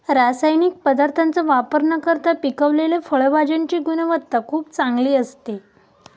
रासायनिक पदार्थांचा वापर न करता पिकवलेल्या फळभाज्यांची गुणवत्ता खूप चांगली असते